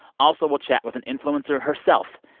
also we'll chat with an influencer herself,